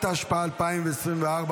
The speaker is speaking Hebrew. התשפ"ה,2024,